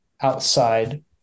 outside